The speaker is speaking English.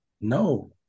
No